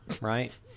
Right